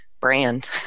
brand